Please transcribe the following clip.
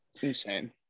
Insane